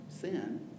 sin